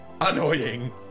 Annoying